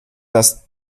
das